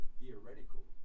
theoretical